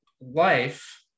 life